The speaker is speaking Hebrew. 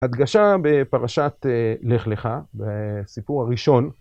הדגשה בפרשת לך לך, בסיפור הראשון.